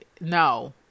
No